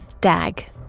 DAG